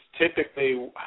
typically